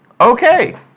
Okay